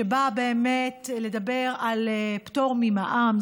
שבאה באמת לדבר על פטור ממע"מ,